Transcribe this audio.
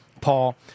Paul